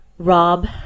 Rob